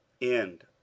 End